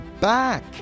back